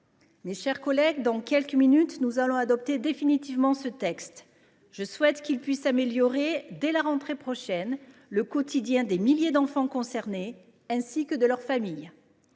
Mes chers collègues, dans quelques minutes, nous allons adopter définitivement ce texte. Je souhaite qu’il puisse améliorer dès la rentrée prochaine le quotidien des milliers d’enfants concernés ainsi que celui de leurs familles.